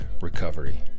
recovery